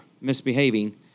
misbehaving